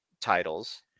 titles